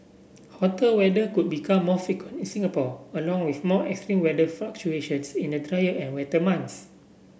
hotter weather could become more frequent in Singapore along with more extreme weather fluctuations in the drier and wetter months